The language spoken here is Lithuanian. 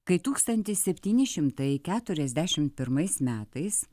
kai tūkstantis septyni šimtai keturiasdešim pirmais metais